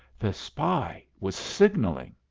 the spy was signalling.